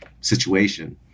situation